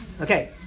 Okay